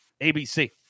ABC